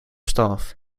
staff